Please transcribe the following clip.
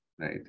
right